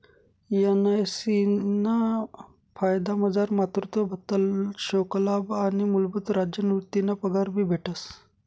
NIC ना फायदामझार मातृत्व भत्ता, शोकलाभ आणि मूलभूत राज्य निवृतीना पगार भी भेटस